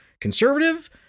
conservative